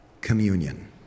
Communion